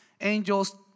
angels